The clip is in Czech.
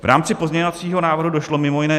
V rámci pozměňovacího návrhu došlo mimo jiné: